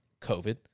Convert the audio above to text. COVID